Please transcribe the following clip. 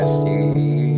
see